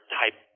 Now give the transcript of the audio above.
type